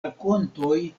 rakontoj